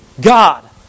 God